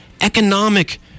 economic